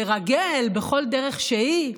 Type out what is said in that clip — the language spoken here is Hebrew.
לרגל בכל דרך שהיא.